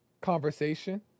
conversation